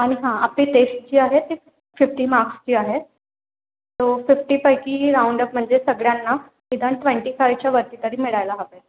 आणि हा आपली टेस्ट जी आहे ती फिफ्टी मार्क्सची आहे सो फिफ्टीपैकी राउंडअप म्हणजे सगळ्यांना निदान ट्वेंटी फाईवच्या वरती तरी मिळायला हवेत